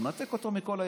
הוא מנתק אותו מכל ההקשרים.